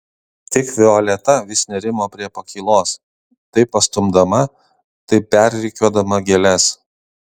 tik violeta vis nerimo prie pakylos tai pastumdama tai perrikiuodama gėles